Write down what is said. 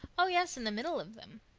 oh, yes, in the middle of them.